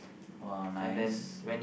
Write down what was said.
!wow! nice